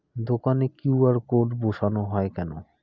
দোকানে Q R code বসানো হয় কেন?